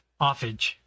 Offage